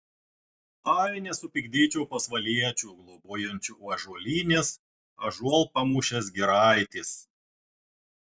ai nesupykdyčiau pasvaliečių globojančių ąžuolynės ąžuolpamūšės giraitės